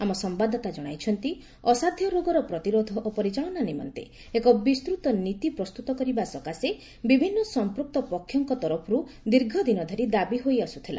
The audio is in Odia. ଆମ ସମ୍ଘାଦଦାତା ଜଣାଇଛନ୍ତି ଅସାଧ୍ୟ ରୋଗର ପ୍ରତିରୋଧ ଓ ପରିଚାଳନା ନିମନ୍ତେ ଏକ ବିସ୍ତୃତ ନୀତି ପ୍ରସ୍ତୁତ କରିବା ସକାଶେ ବିଭିନ୍ନ ସଂପୂକ୍ତ ପକ୍ଷଙ୍କ ତରଫରୁ ଦୀର୍ଘଦିନ ଧରି ଦାବି ହୋଇଆସୁଥିଲା